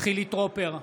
חילי טרופר,